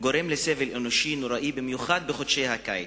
גורם לסבל אנושי נוראי, במיוחד בחודשי הקיץ,